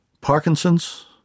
Parkinson's